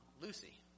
Lucy